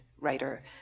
writer